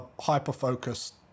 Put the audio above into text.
hyper-focused